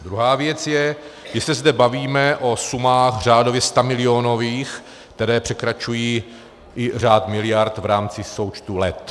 Druhá věc je, že se zde bavíme o sumách řádově stamilionových, které překračují i řád miliard v rámci součtu let.